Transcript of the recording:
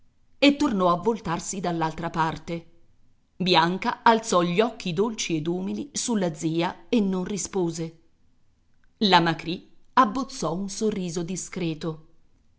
e tornò a voltarsi dall'altra parte bianca alzò gli occhi dolci ed umili sulla zia e non rispose la macrì abbozzò un sorriso discreto